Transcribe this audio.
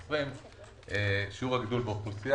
אלא שיעור הגידול באוכלוסייה.